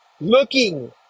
Looking